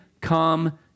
come